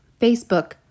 Facebook